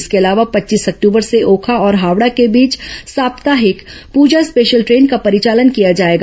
इसके अलावा पच्चीस अक्टूबर से ओखा और हावड़ा के बीच साप्ताहिक पूजा स्पेशल ट्रेन का परिचालन किया जाएगा